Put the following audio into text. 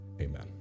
amen